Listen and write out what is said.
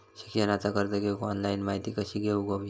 शिक्षणाचा कर्ज घेऊक ऑनलाइन माहिती कशी घेऊक हवी?